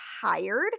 tired